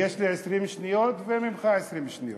יש לי 20 שניות וממך 20 שניות.